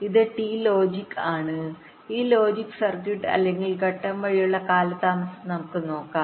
ഇത് ടി ലോജിക്ആണ് ഈ ലോജിക് സർക്യൂട്ട് അല്ലെങ്കിൽ ഘട്ടം വഴിയുള്ള കാലതാമസം നമുക്ക് നോക്കാം